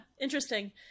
interesting